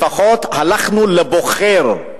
לפחות הלכנו לבוחר,